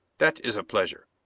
that is a pleasure.